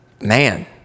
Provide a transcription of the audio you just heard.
man